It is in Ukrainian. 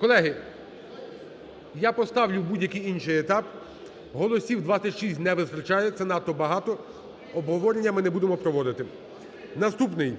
Колеги, я поставлю будь-який інший етап, голосів 26 не вистачає, це надто багато, обговорення ми не будемо проводити. Наступний.